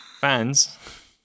Fans